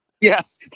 yes